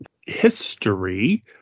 history